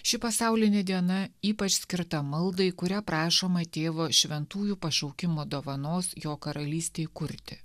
ši pasaulinė diena ypač skirta maldai kuria prašoma tėvo šventųjų pašaukimo dovanos jo karalystei kurti